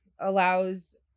allows